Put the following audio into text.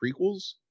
prequels